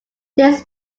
this